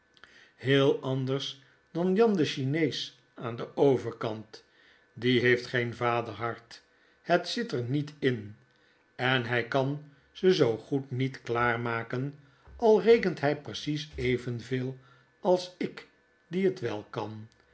heel anders dan jan de chinees aan den overkant die heeft geen vaderhari het zit er niet in en hy kan ze zoo goed niet klaarmaken al rekent hy precies evenveel als ik die het wel kan